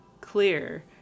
clear